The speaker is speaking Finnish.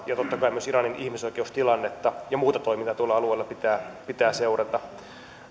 ja totta kai myös iranin ihmisoikeustilannetta ja muuta toimintaa tuolla alueella pitää pitää seurata